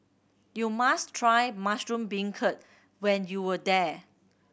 you must try mushroom beancurd when you are there